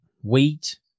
Wheat